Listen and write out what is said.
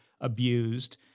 abused